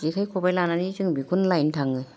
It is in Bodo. जेखाइ खबाइ लानानै जों बिखौनो लायनो थाङो